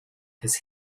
his